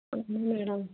అవునా మేడం